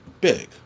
big